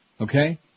Okay